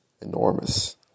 enormous